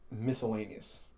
miscellaneous